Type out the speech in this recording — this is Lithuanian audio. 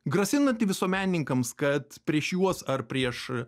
grasinanti visuomenininkams kad prieš juos ar prieš